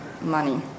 money